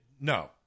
no